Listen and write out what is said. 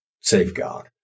safeguard